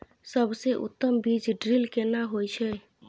सबसे उत्तम बीज ड्रिल केना होए छै?